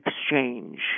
exchange